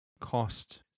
cost